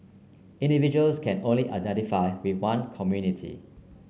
individuals can only identify with one community